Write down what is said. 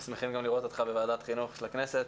אנחנו שמחים לראות אותך בוועדת החינוך של הכנסת.